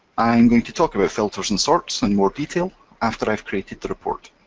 i'm going to talk about filters and sorts in more detail after i've created the report.